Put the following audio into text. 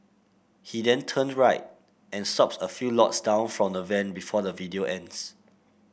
he then turn right and stop a few lots down from the van before the video ends